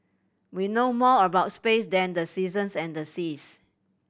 we know more about space than the seasons and the seas